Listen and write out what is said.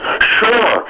Sure